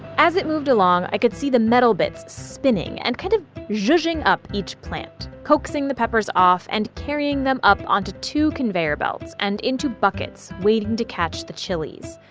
as it moved along, i could see the metal bits spinning, and kind of shooshing up each plant, coaxing the peppers off, and carrying them up onto two conveyor belts, and into buckets waiting to catch the chilis.